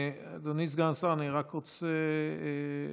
אדוני סגן השר, אני רק רוצה לציין,